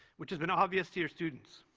which has been obvious to your students.